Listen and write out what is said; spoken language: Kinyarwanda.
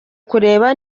kureba